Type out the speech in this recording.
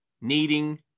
needing